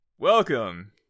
Welcome